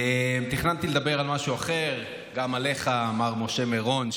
תכננתי לדבר על משהו אחר, גם עליך, מר משה מירון.